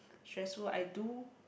stressful I do